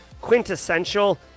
quintessential